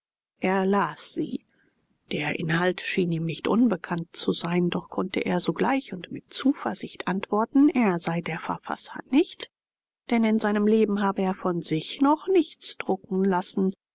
er las sie der inhalt schien ihm nicht unbekannt zu sein doch konnte er sogleich und mit zuversicht antworten er sei der verfasser nicht denn in seinem leben habe er von sich noch nichts drucken lassen